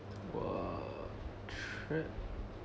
!wah! threat